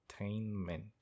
Entertainment